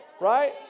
right